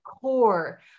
core